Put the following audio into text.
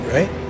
Right